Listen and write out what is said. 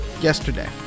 yesterday